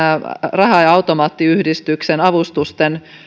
raha automaattiyhdistyksen avustusten